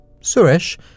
Suresh